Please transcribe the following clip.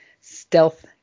stealth